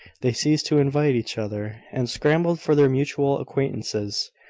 they ceased to invite each other, and scrambled for their mutual acquaintances.